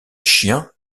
chien